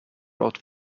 wrote